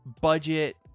budget